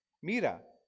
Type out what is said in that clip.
Mira